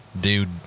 dude